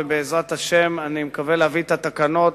ובעזרת השם אני מקווה להביא את התקנות